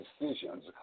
decisions